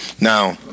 Now